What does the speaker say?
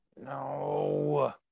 No